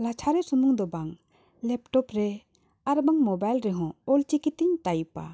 ᱞᱟᱪᱷᱟᱨᱮ ᱥᱩᱢᱩᱝ ᱫᱚ ᱵᱟᱝ ᱞᱮᱯᱴᱚᱯ ᱨᱮ ᱟᱨᱵᱟᱝ ᱢᱚᱵᱟᱭᱤᱞ ᱨᱮᱦᱚᱸ ᱚᱞᱪᱤᱠᱤᱛᱮᱧ ᱴᱟᱭᱤᱯᱟ